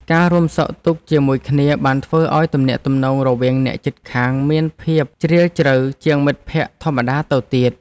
ការរួមសុខរួមទុក្ខជាមួយគ្នា បានធ្វើឱ្យទំនាក់ទំនងរវាងអ្នកជិតខាងមានភាពជ្រាលជ្រៅជាងមិត្តភក្តិធម្មតាទៅទៀត។